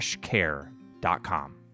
care.com